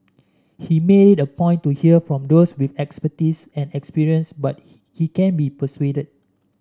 he made it a point to hear from those with expertise and experience but he can be persuaded